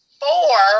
four